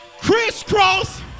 crisscross